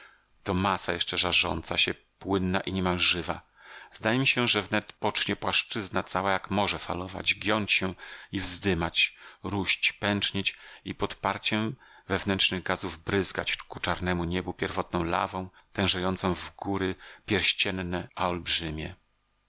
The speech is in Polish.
to masa jeszcze żarząca się płynna i niemal żywa zdaje mi się że wnet pocznie płaszczyzna cała jak morze falować giąć się i wzdymać róść pęcznieć i pod parciem wewnętrznych gazów bryzgać ku czarnemu niebu pierwotną lawą tężejącą w góry pierścienne a olbrzymie